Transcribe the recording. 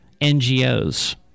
NGOs